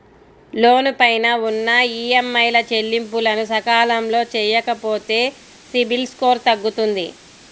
లోను పైన ఉన్న ఈఎంఐల చెల్లింపులను సకాలంలో చెయ్యకపోతే సిబిల్ స్కోరు తగ్గుతుంది